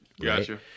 Gotcha